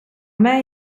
mij